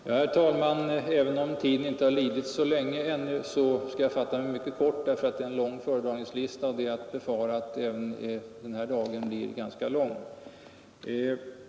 Herr talman! Även om tiden inte har lidit så länge ännu, skall jag fatta mig kort därför att vi har en lång föredragningslista och det är att befara att även den här arbetsdagen blir ganska omfattande.